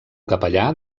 capellà